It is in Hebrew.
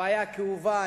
הבעיה כאובה,